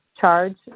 charge